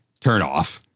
turnoff